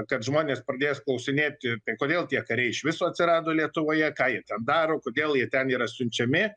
kad žmonės pradės klausinėti tai kodėl tie kariai iš viso atsirado lietuvoje ką jie ten daro kodėl jie ten yra siunčiami